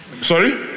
Sorry